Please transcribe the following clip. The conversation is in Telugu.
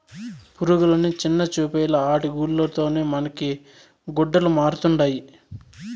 పురుగులని చిన్నచూపేలా ఆటి గూల్ల తోనే మనకి గుడ్డలమరుతండాయి